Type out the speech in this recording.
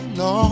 no